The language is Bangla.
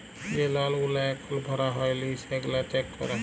যে লল গুলা এখল ভরা হ্যয় লি সেগলা চ্যাক করা